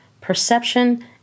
perception